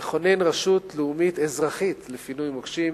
לכונן רשות לאומית אזרחית לפינוי מוקשים